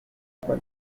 yemeje